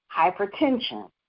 hypertension